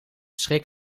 schrik